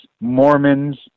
Mormons